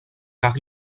car